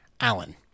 Allen